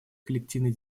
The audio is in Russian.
коллективной